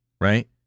right